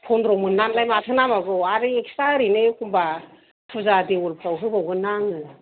फन्द्र मोननानैलाय माथो नांबावगौ आरो एखस्रा ओरैनो फुजा देवलफ्राव होबावगोन ना आङो